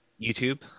YouTube